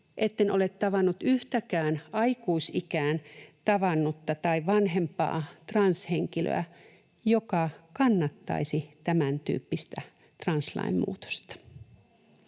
etten ole tavannut yhtäkään aikuisikään ehtinyttä tai vanhempaa transhenkilöä, joka kannattaisi tämän tyyppistä translain muutosta.